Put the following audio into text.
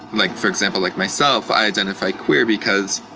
like for example like myself, i identify queer because